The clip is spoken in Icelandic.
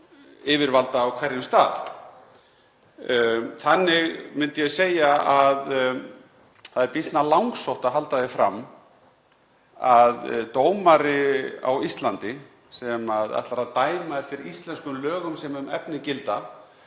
yfirvalda á hverjum stað. Þannig myndi ég segja að það væri býsna langsótt að halda því fram að dómari á Íslandi, sem ætlar að dæma eftir íslenskum lögum sem um efnið gilda,